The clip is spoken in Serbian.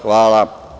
Hvala.